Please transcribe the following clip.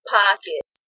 pockets